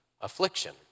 affliction